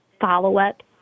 follow-up